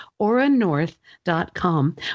auranorth.com